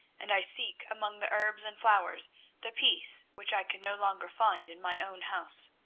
and i seek among the herbs and flowers the peace which i can no longer find in my own house.